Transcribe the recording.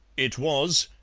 it was,